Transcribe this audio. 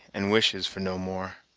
and wishes for no more.